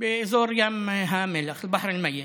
באזור ים המלח, (אומר בערבית: